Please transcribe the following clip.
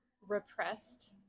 repressed